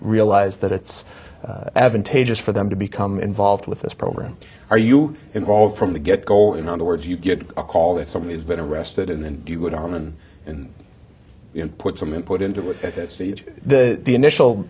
realize that it's advantageous for them to become involved with this program are you involved from the get go in other words you get a call that somebody has been arrested and then you would on and in put some input into the initial